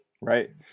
right